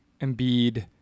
Embiid